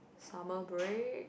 summer break